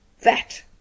That